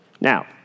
Now